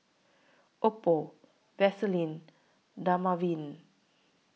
Oppo Vaselin Dermaveen